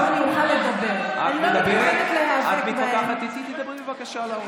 אבל לך אני נותן עוד דקה לסיים את דברייך, בבקשה.